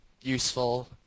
useful